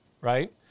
right